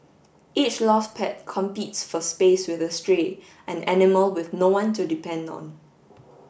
each lost pet competes for space with a stray an animal with no one to depend on